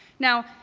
now,